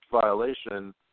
violation